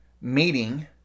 meeting